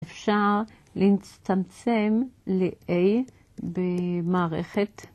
אפשר להצטמצם ל-a במערכת.